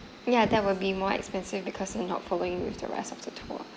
ya that will be more expensive because you're not following with the rest of the tour